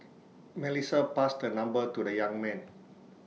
Melissa passed her number to the young man